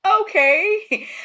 okay